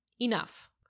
enough